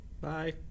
Bye